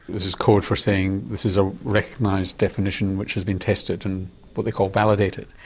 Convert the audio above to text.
this is code for saying this is a recognised definition which has been tested and what they call validated.